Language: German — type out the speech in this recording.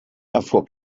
erfuhr